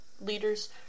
leaders